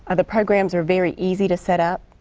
and the programs are very easy to set up.